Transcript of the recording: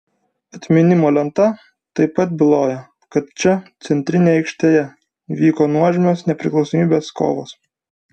atminimo lenta taip pat byloja kad čia centrinėje aikštėje vyko nuožmios nepriklausomybės kovos